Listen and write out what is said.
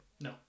No